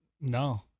No